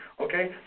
okay